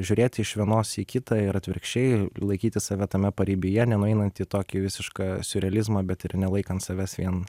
žiūrėti iš vienos į kitą ir atvirkščiai laikyti save tame paribyje nenueinant į tokį visišką siurrealizmą bet ir nelaikant savęs vien